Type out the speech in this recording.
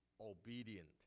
obedient